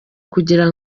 kugira